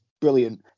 Brilliant